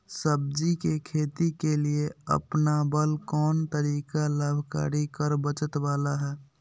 सब्जी के खेती के लिए अपनाबल कोन तरीका लाभकारी कर बचत बाला है?